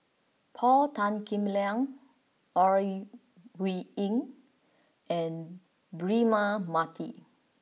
Paul Tan Kim Liang Ore Huiying and Braema Mathi